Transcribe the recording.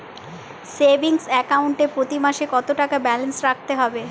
Savings account এ প্রতি মাসে কতো টাকা ব্যালান্স রাখতে হবে?